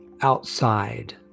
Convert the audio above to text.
outside